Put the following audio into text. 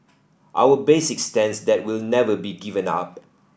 our basic stance that will never be given up